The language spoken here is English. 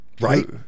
right